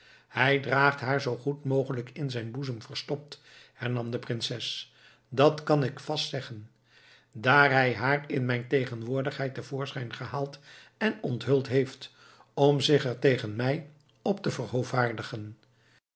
hij draagt haar zoo goed mogelijk in zijn boezem verstopt hernam de prinses dat kan ik vast zeggen daar hij haar in mijn tegenwoordigheid te voorschijn gehaald en onthuld heeft om zich er tegen mij op te